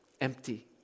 Empty